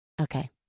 Okay